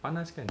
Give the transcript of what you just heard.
panas kan